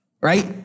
right